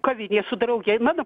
kavinėje su drauge ir mano